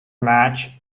match